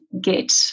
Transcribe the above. get